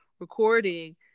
recording